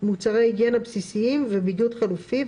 מוצרי היגיינה בסיסיים וביגוד חלופי,